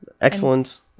Excellent